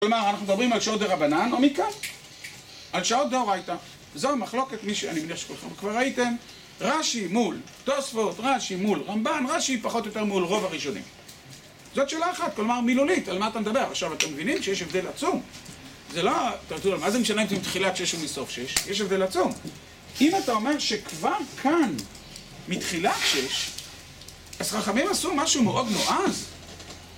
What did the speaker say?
כלומר, אנחנו מדברים על שעות דה רבנן, או מכאן, על שעות דה אורייטה. זו המחלוקת, מי ש... אני מניח שכולכם כבר ראיתם, רש"י מול תוספות, רש"י מול רמב"ם, רש"י פחות או יותר מול רוב הראשונים. זאת שאלה אחת, כלומר מילולית, על מה אתה מדבר. עכשיו, אתם מבינים שיש הבדל עצום. זה לא, אתם יודעים, מה זה משנה אם זה מתחילת שש או מסוף שש? יש הבדל עצום אם אתה אומר שכבר כאן מתחילת שש. אז חכמים עשו משהו מאוד נועז...